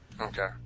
Okay